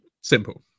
simple